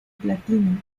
platino